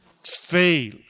fail